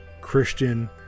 christian